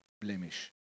blemish